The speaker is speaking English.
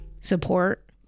support